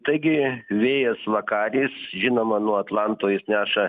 taigi vėjas vakaris žinoma nuo atlanto jis neša